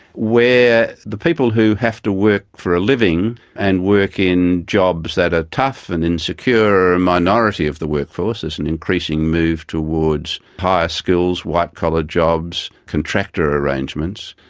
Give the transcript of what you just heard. where the people who have to work for a living and work in jobs that are tough and insecure are a minority of the workforce, there's an increasing move towards higher skills, white-collar jobs, contractor arrangements.